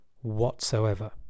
whatsoever